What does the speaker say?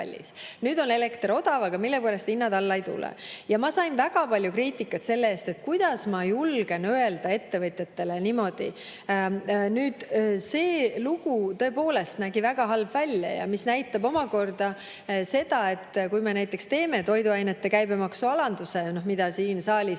Nüüd on elekter odav, aga millegipärast hinnad alla ei tule. Ma sain väga palju kriitikat selle eest, et kuidas ma julgen öelda ettevõtjatele niimoodi. See lugu tõepoolest nägi väga halb välja, mis näitab omakorda seda, et kui me näiteks teeme toiduainete käibemaksu alanduse, mida siin saalis